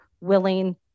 willing